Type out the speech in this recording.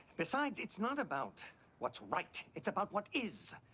besides it's not about what's right. it's about what is.